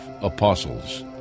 apostles